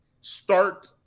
start